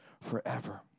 forever